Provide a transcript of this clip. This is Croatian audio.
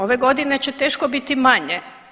Ove godine će teško biti manje.